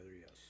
yes